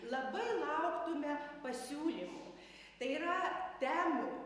labai lauktume pasiūlymų tai yra temų